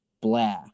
blah